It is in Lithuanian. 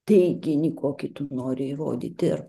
teiginį kokį tu nori įrodyti ir